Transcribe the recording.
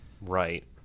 Right